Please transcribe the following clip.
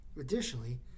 Additionally